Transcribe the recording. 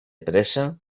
pressa